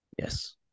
Yes